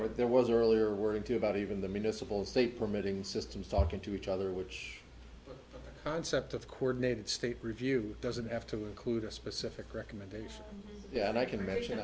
there was an earlier wording to about even the municipal state permitting systems talking to each other which concept of coordinated state review doesn't have to include a specific recommendation and i can imagine